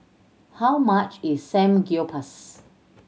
how much is Samgyeopsal